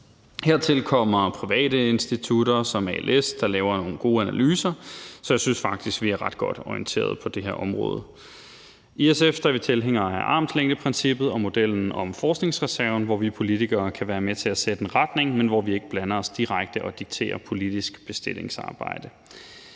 Hertil kommer private institutter som Als Research, der laver nogle gode analyser. Så jeg synes faktisk, vi er ret godt orienteret på det her område. I SF er vi tilhængere af armslængdeprincippet og modellen om forskningsreserven, hvor vi politikere kan være med til at sætte en retning, men hvor vi ikke blander os direkte og dikterer politisk bestillingsarbejde.